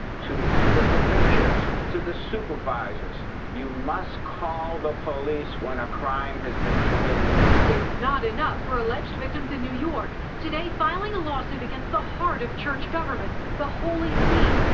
to to the provincials, to the supervisors you must call the police when a crime has been committed. reporter it's not enough for alleged victims in new york, today filing a lawsuit against the heart of church government, the holy see,